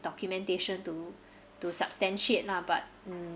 documentation to to substantiate lah but mm